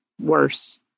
worse